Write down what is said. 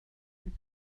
beth